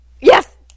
Yes